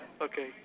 Okay